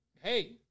hey